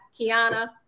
Kiana